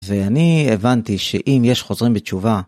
ואני הבנתי שאם יש חוזרים בתשובה...